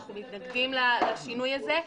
אנחנו מתנגדים לשינוי הזה.